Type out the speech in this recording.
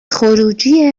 خروجی